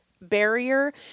barrier